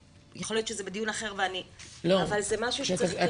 יכול להיות שזה בדיון אחר אבל זה משהו שצריך כן להתייחס אליו.